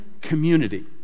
community